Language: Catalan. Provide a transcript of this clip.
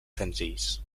senzills